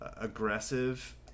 aggressive